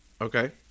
Okay